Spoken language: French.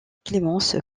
clémence